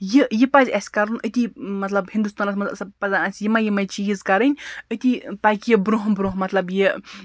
یہِ یہِ پَزِ اَسہِ کَرُن أتی مطلب ہِندوستانَس مَنٛز پَزَن اَسہِ یِمَے یِمَے چیٖز کَرٕنۍ أتی پَکہِ یہِ برونٛہہ برونٛہہ مطلب یہِ